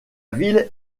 ville